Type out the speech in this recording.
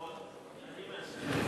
אני מאשר.